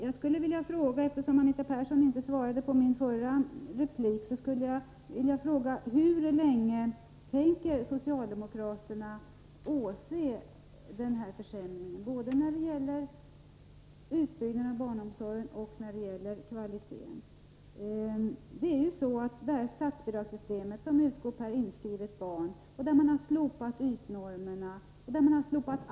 Jag skulle vilja fråga Anita Persson: Hur länge tänker socialdemokraterna åse denna försämring, både när det gäller utbyggnaden av barnomsorgen och när det gäller kvaliteten? Detta statsbidrag utgår per inskrivet barn, och man har slopat ytnormerna och alla kvalitetsnormer.